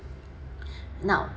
now